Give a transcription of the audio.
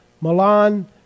Milan